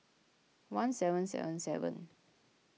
one seven seven seven